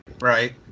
Right